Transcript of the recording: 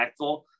impactful